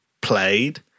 played